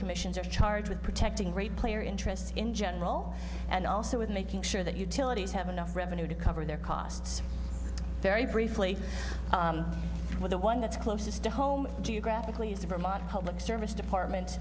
commissions are charged with protecting rate player interest in general and also with making sure that utilities have enough revenue to cover their costs very briefly with the one that's closest to home geographically is ramadhan public service department